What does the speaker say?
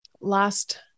last